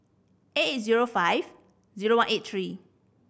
eight eight zero five zero one eight three